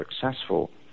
successful